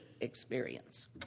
experience